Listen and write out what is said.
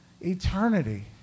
eternity